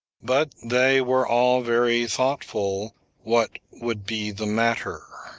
but they were all very thoughtful what would be the matter.